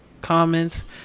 Comments